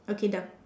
okay done